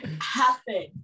happen